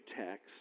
text